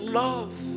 love